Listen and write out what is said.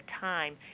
time